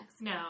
No